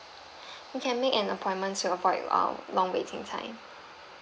you can make an appointment to avoid uh long waiting time